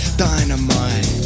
dynamite